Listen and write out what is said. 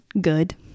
good